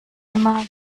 immer